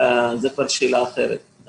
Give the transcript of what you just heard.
אבל זה כבר שאלה אחרת.